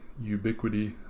ubiquity